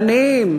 מהעניים?